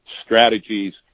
strategies